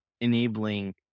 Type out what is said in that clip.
enabling